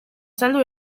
saldu